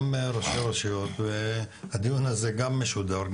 גם ראשי רשויות והדיון הזה גם משודר,